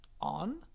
On